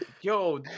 Yo